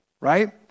right